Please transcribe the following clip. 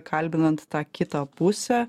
kalbinant tą kitą pusę